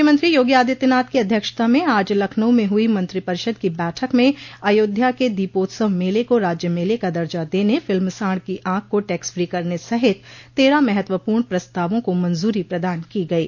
मुख्यमंत्री योगी आदित्यनाथ की अध्यक्षता में आज लखनऊ में हुई मंत्रिपरिषद की बैठक में अयोध्या के दीपोत्सव मेले को राज्य मेले का दर्जा देने फिल्म सांड़ की ऑख को टैक्स फी करने सहित तेरह महत्वपूर्ण प्रस्तावों को मंजूरी प्रदान की गयी